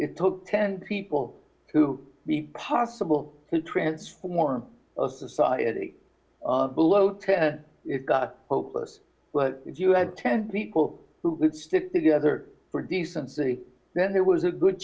it took ten people to be possible to transform a society below ten hopeless but if you had ten people who could stick together for decency then there was a good